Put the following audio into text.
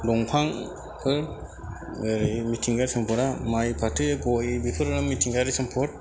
दंफांफोर ओरै मिथिंगायारि सम्पदा माइ फाथो गय बेफोरो मिथिंगायारि सम्पद